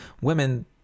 women